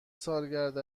سالگرد